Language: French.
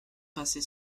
passés